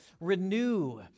renew